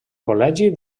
col·legi